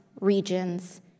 regions